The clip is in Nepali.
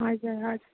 हजुर हजुर